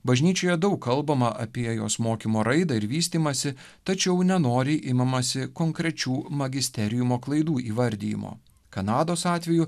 bažnyčioje daug kalbama apie jos mokymo raidą ir vystymąsi tačiau nenoriai imamasi konkrečių magisteriumo klaidų įvardijimo kanados atveju